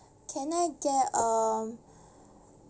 can I get um